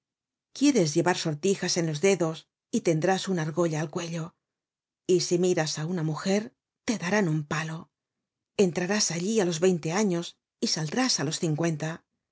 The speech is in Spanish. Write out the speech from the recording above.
quieres llevar sortijas en los dedos y tendrás una argolla al cuello y si miras á una mujer te darán un palo entrarás allí á los veinte años y saldrás á los cincuenta